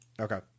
Okay